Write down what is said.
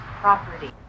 property